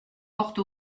porte